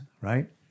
Right